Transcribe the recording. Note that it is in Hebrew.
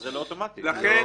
אז זה לא אוטומטי אם ככה.